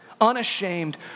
unashamed